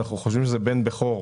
אנחנו חושבים שזה בן בכור.